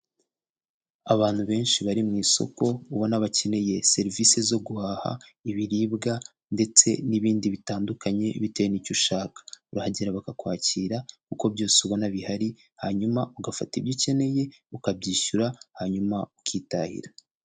Abantu benshi bari mu isoko ubona bakeneye serivisi zo guhaha ibiribwa ndetse n'ibindi bitandukanye bitewe n'icyo ushaka, urahagera bakakwakira kuko byose ubona bihari, hanyuma ugafata ibyo ukeneye ukabyishyura hanyuma ukitahira.